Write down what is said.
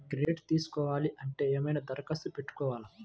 Credit తీసుకోవాలి అంటే ఏమైనా దరఖాస్తు పెట్టుకోవాలా?